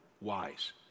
wise